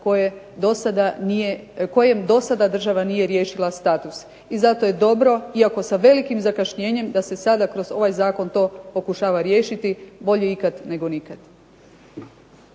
kojem do sada država nije riješila status. I zato je dobro iako sa velikim zakašnjenjem da se sada kroz ovaj zakon to pokušava riješiti, bolje ikad nego nikad.